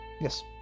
yes